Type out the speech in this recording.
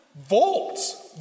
volts